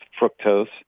fructose